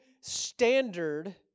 standard